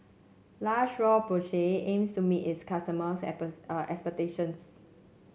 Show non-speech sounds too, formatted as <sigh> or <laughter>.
La Roche Porsay aims to meet its customers' <unintelligible> expectations